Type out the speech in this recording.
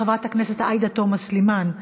חברת הכנסת עאידה תומא סלימאן,